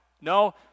no